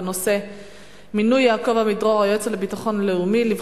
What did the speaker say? בנושא מינוי היועץ לביטחון לאומי יעקב עמידרור